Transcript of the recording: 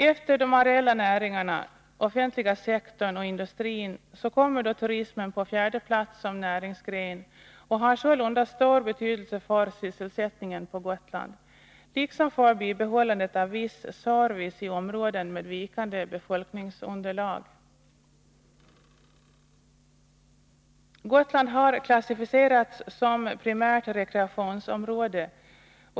Efter de areella näringarna, offentliga sektorn och industrin kommer turismen på fjärde plats som näringsgren. Den har sålunda stor betydelse för sysselsättningen på Gotland, liksom för bibehållandet av viss service i områden med vikande befolkningsunderlag. Gotland har klassificerats som primärt rekreationsområde.